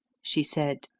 she said,